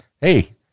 hey